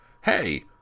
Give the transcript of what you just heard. hey